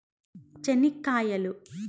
చెనిక్కాయలు